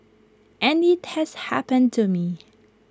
and IT has happened to me